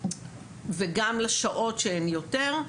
וגם לשעות שהן יותר,